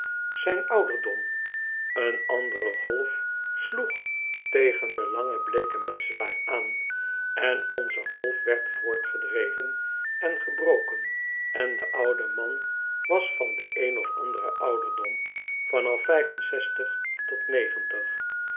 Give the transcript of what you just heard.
zijn ouderdom een andere golf sloeg tegen den langen bleeken metselaar aan en onze golf werd voortgedreven en gebroken en de oude man was van den een of anderen ouderdom van af vijf en zestig tot